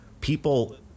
people